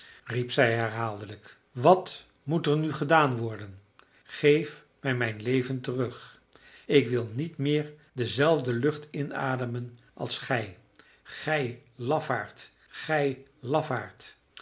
riep zij herhaaldelijk wat moet er nu gedaan worden geef mij mijn leven terug ik wil niet meer dezelfde lucht inademen als gij gij lafaard gij lafaard